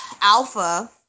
Alpha